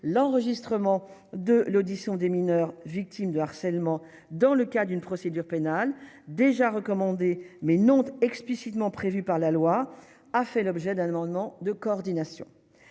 l'enregistrement de l'audition des mineurs victimes de harcèlement dans le cas d'une procédure pénale déjà recommandé mais non explicitement prévu par la loi, a fait l'objet d'un amendement de coordination,